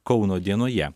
kauno dienoje